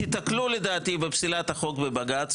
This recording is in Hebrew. תיתקלו לדעתי בפסילת החוק בבג"ץ,